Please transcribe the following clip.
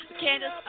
Candace